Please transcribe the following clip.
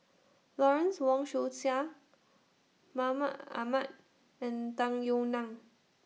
Lawrence Wong Shyun Tsai Mahmud Ahmad and Tung Yue Nang